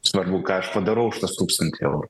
svarbu ką aš padarau už tuos tūkstantį eurų